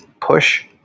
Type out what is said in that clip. push